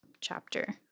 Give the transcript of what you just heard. chapter